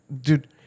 Dude